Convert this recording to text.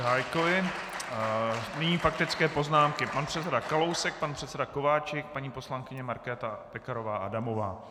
Nyní faktické poznámky pan předseda Kalousek, pan předseda Kováčik, paní poslankyně Markéta Pekarová Adamová.